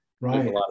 right